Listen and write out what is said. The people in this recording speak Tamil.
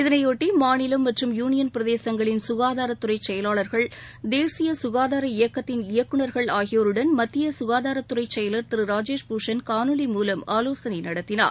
இதையொட்டி மாநிலம் மற்றும் யூனியன் பிரதேசங்களின் சுகாதாரத்துறை செயலாளர்கள் தேசிய ககாதார இயக்கத்தின் இயக்குநர்கள் ஆகியோருடன் மத்திய சுகாதாரத்துறை செயலாளர் திரு ராஜேஷ் பூஷன் காணொலி மூலம் ஆலோசன நடத்தினார்